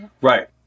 Right